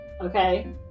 Okay